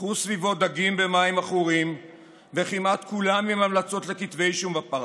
שחו סביבו דגים במים עכורים וכמעט כולם עם המלצות לכתבי אישום בפרשה.